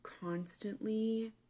constantly